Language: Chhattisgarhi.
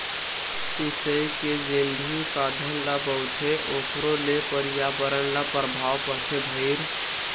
सिचई के जेन भी साधन ल बउरथे ओखरो ले परयाबरन ल परभाव परथे भईर